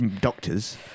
doctors